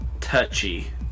Touchy